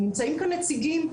נמצאים כאן נציגים.